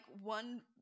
one